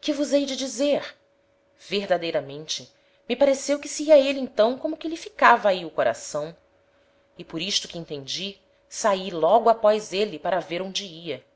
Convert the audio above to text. que vos hei de dizer verdadeiramente me pareceu que se ia êle então como que lhe ficava ahi o coração e por isto que entendi saí logo após êle para ver onde ia